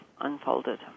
unfolded